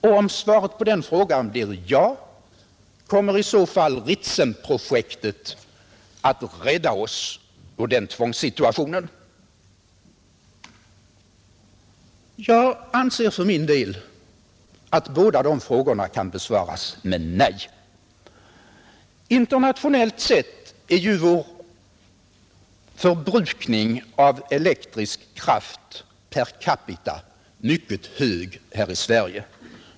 Och om svaret på den frågan blir ja, kommer i så fall Ritsemprojektet att rädda oss ur denna tvångssituation? Jag anser för min del att båda dessa frågor kan besvaras med nej. Internationellt sett är ju vår förbrukning av elektrisk kraft per capita mycket hög här i Sverige.